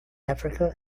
africa